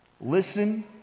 Listen